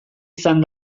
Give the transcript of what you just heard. izan